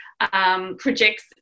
Projects